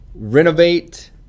renovate